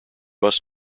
bus